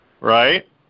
Right